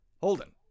Holden